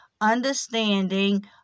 understanding